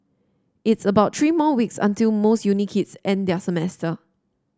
it's about three more weeks until most uni kids end their semester